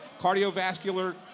cardiovascular